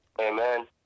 Amen